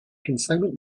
consignment